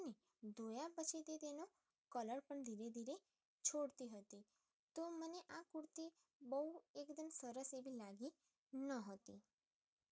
અને ધોયા પછી તે તેનો કલર પણ ધીરે ધીરે છોડતી હતી તો મને આ કુર્તી બહુ એકદમ સરસ એવી લાગી ન હતી